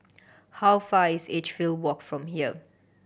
how far is Edgefield Walk from here